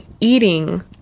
eating